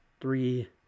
three